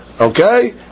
okay